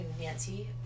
Nancy